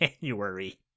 January